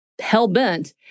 hell-bent